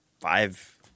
five